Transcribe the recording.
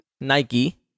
Nike